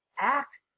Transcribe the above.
act